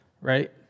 right